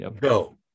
go